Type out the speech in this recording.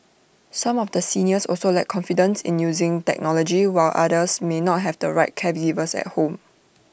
some of the seniors also lack confidence in using technology while others may not have the right caregivers at home